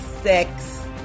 Six